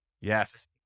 Yes